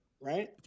right